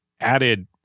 added